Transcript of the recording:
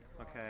okay